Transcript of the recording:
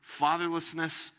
fatherlessness